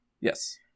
Yes